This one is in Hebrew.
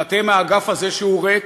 ואתם, האגף הזה שהוא ריק,